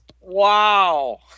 Wow